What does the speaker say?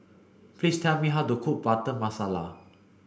please tell me how to cook butter masala